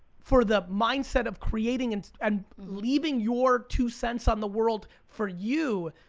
for the mindset of creating and and leaving your two cents on the world for you.